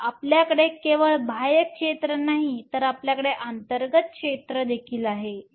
तर आपल्याकडे केवळ बाह्य क्षेत्र नाही तर आपल्याकडे अंतर्गत क्षेत्र देखील आहे